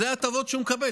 אלו ההטבות שהוא מקבל.